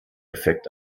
effekt